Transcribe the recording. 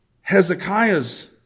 Hezekiah's